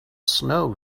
snow